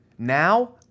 Now